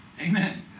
Amen